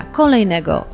kolejnego